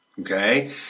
Okay